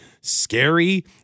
scary